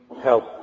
help